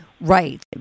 right